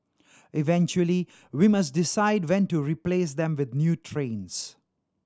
eventually we must decide when to replace them with new trains